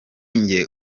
njye